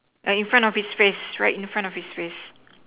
ah in front of his face right in front of his face